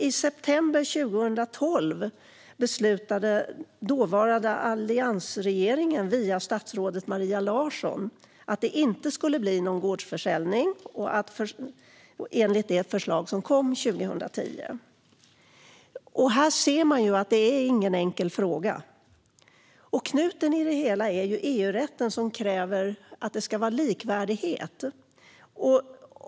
I september 2012 beslutade dåvarande alliansregeringen via statsrådet Maria Larsson att det inte skulle bli någon gårdsförsäljning enligt det förslag som kom 2010. Här ser man att det inte är någon enkel fråga. Knuten i det hela är EU-rätten som kräver likvärdighet.